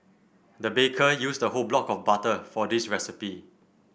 the baker used a whole block of butter for this recipe